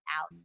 out